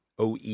OE